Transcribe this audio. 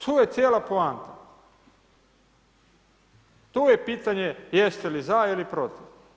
To je cijela poanta, to je pitanje jeste li za ili protiv.